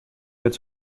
its